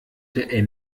der